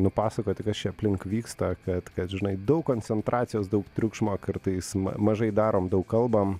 nupasakoti kas čia aplink vyksta kad kad žinai daug koncentracijos daug triukšmo kartais ma mažai darom daug kalbam